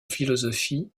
philosophie